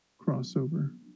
crossover